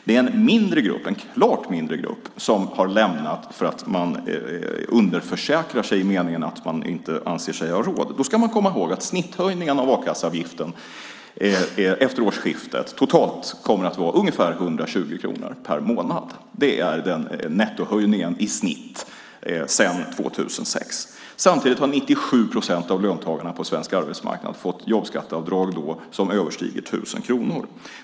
Det är en klart mindre grupp som har lämnat därför att man underförsäkrar sig i den meningen att man inte anser sig ha råd. Då ska vi komma ihåg att snitthöjningen av a-kasseavgiften efter årsskiftet totalt kommer att vara ungefär 120 kronor per månad. Det är nettohöjningen i snitt sedan 2006. Samtidigt har 97 procent av löntagarna på svensk arbetsmarknad fått jobbskatteavdrag som överstiger 1 000 kronor.